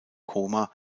koma